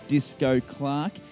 Disco-Clark